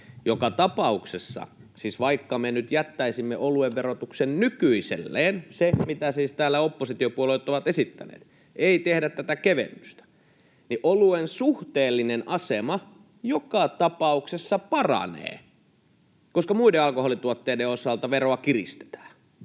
Joka tapauksessa vaikka me nyt jättäisimme oluen verotuksen nykyiselleen — se, mitä siis täällä oppositiopuolueet ovat esittäneet, eli ei tehdä tätä kevennystä — niin oluen suhteellinen asema joka tapauksessa paranee, koska muiden alkoholituotteiden osalta veroa kiristetään.